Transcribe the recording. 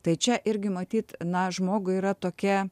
tai čia irgi matyt na žmogui yra tokia